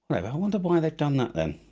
i wonder why they've done that then